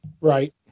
Right